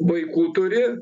vaikų turi